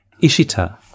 Ishita